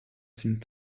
sind